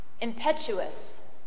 impetuous